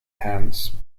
hands